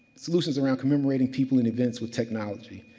solutions around commemorating people in events with technology.